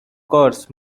course